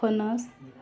फणस